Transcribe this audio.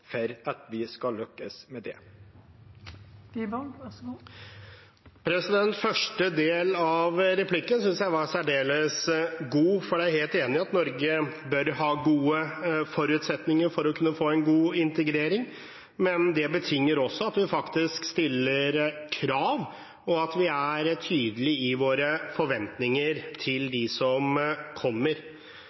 Første del av replikken synes jeg var særdeles god, for jeg er helt enig i at Norge bør ha gode forutsetninger for å kunne få en god integrering. Men det betinger også at vi faktisk stiller krav, og at vi er tydelige i våre forventninger til dem som kommer.